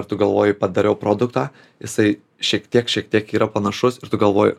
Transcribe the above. ar tu galvoji padariau produktą jisai šiek tiek šiek tiek yra panašus ir tu galvoji